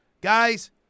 Guys